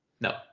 no